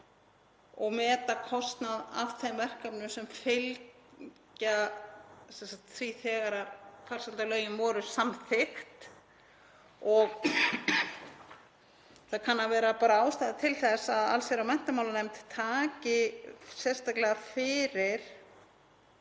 og meta kostnað af þeim verkefnum sem fylgdu því þegar farsældarlögin voru samþykkt. Það kann að vera ástæða til þess að allsherjar- og menntamálanefnd taki sérstaklega fyrir